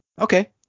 Okay